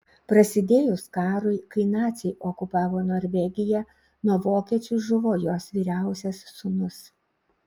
prasidėjus karui kai naciai okupavo norvegiją nuo vokiečių žuvo jos vyriausias sūnus